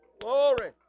Glory